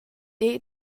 eir